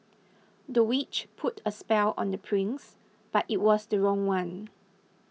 the witch put a spell on the prince but it was the wrong one